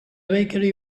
bakery